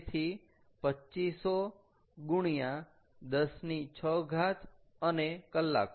તેથી 2500x106 અને કલાકો